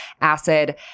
acid